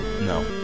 No